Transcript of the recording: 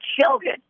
children